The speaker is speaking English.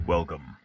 Welcome